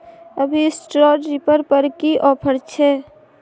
अभी straw reaper पर की ऑफर छै?